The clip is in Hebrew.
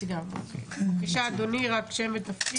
בבקשה אדוני, רק שם ותפקיד.